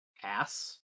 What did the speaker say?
pass